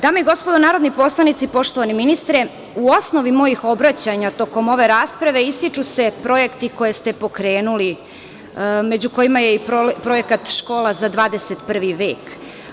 Dame i gospodo narodni poslanici, poštovani ministre, u osnovi mojih obraćanja tokom ove rasprave ističu se projekti koje ste pokrenuli, među kojima je i projekat „Škola za 21. vek“